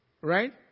Right